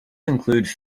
includes